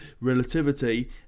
relativity